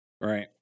Right